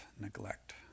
neglect